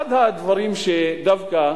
אחד הדברים, שדווקא